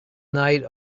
night